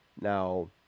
now